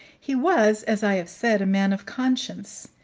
he was, as i have said, a man of conscience,